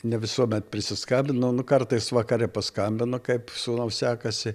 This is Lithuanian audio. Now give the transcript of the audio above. ne visuomet prisiskambinu nu kartais vakare paskambinu kaip sūnau sekasi